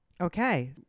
Okay